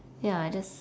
ya I just